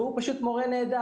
הוא מורה נהדר,